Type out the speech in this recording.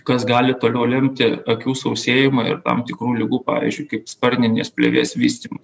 kas gali toliau lemti akių sausėjimą ir tam tikrų ligų pavyzdžiui kaip sparninės plėvės vystymą